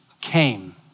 came